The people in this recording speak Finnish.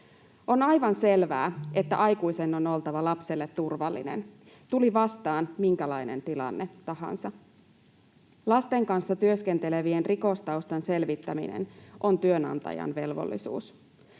On aivan selvää, että aikuisen on oltava lapselle turvallinen, tuli vastaan minkälainen tilanne tahansa. Lasten kanssa työskentelevien rikostaustan selvittäminen on työnantajan velvollisuus.